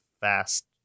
Fast